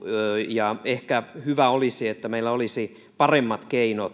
ja ehkä hyvä olisi että meillä olisi paremmat keinot